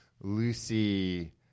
Lucy